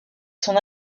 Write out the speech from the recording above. son